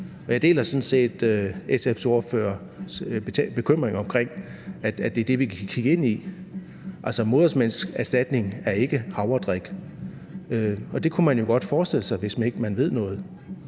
sådan set SF's ordførers bekymring omkring, at det er det, vi kan kigge ind i. Altså, modermælkserstatning er ikke havredrik, og det kunne man jo godt forestille sig, hvis ikke man ved noget.